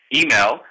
email